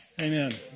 Amen